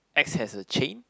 axe has a chain